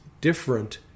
different